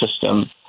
system